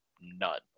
none